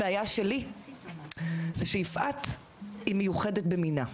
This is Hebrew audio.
הבעיה שלי זה שיפעת היא מיוחדת במינה,